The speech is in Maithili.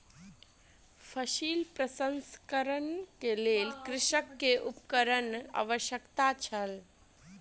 फसिल प्रसंस्करणक लेल कृषक के उपकरणक आवश्यकता छल